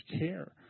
care